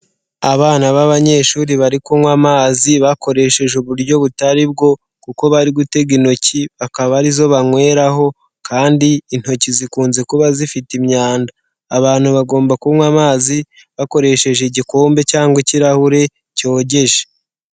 Abana b'abanyeshuri bari kunywa amazi bakoresheje uburyo butari bwo, kuko bari gutega intoki akaba ari zo banyweraho kandi intoki zikunze kuba zifite imyanda. Abantu bagomba kunywa amazi bakoresheje igikombe cyangwa ikirahure cyogeje.